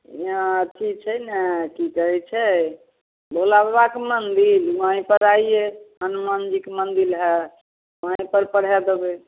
इहाँ अथी छै ने कि कहै छै भोलाबाबाके मन्दिर वहीँपर अइए हनुमानजीके मन्दिर हइ वहैँपर पढ़ै देबै